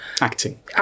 Acting